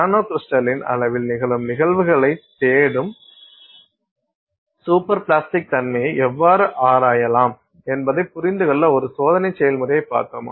நானோ கிரிஸ்டலின் அளவில் நிகழும் நிகழ்வுகளை தேடும் சூப்பர் பிளாஸ்டிக் தன்மையை எவ்வாறு ஆராயலாம் என்பதைப் புரிந்துகொள்ள ஒரு சோதனை செயல்முறையைப் பார்த்தோம்